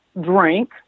drink